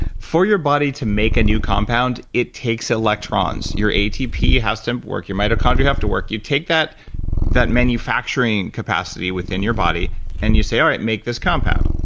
for your body to make a new compound, it takes electrons. your atp has to work, your mitochondria have to work. you take that that manufacturing capacity within your body and you say, all right, make this compound.